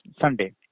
Sunday